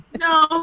No